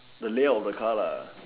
the layout of the car lah